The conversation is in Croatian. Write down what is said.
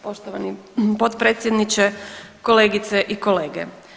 Poštovani potpredsjedniče, kolegice i kolege.